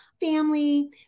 family